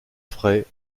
frais